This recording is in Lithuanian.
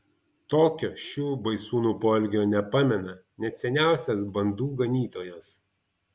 tokio šių baisūnų poelgio nepamena net seniausias bandų ganytojas